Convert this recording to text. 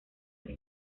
que